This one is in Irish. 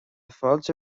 fáilte